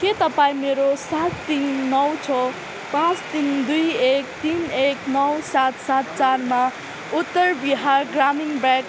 के तपाईँ मेरो सात तिन नौ छ पाँच तिन दुई एक तिन एक नौ सात सात चारमा उत्तर बिहार ग्रामीण ब्याङ्क